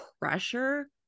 pressure